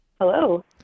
hello